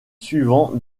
suivant